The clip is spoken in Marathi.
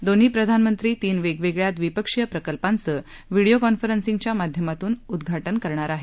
दोन्ही प्रधानमंत्री तीन वेगवेगळ्या द्विपक्षीय प्रकल्पांचं व्हिडियो कॉन्फरन्सिंगच्या माध्यमातून उद्घाटन करणार आहेत